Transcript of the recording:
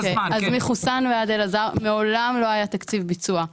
מחוסאן ועד אלעזר מעולם לא היה תקציב ביצוע.